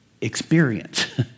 experience